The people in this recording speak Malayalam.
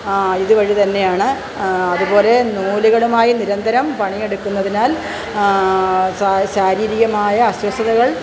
ഇതു വഴി തന്നെയാണ് അതുപോലെ നൂലുകളുമായി നിരന്തരം പണിയെടുക്കുന്നതിനാൽ ശാരീരികമായ അസ്വസ്ഥതകൾ